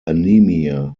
anemia